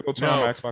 No